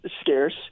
scarce